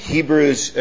Hebrews